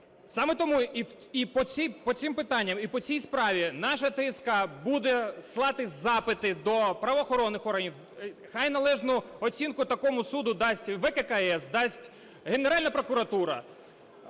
питанням, і по цій справі наша ТСК буде слати запити до правоохоронних органів. Хай належну оцінку такому суду дасть ВККС, дасть Генеральна прокуратора,